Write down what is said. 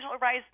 rise